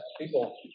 People